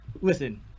listen